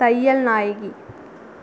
தையல் நாயகி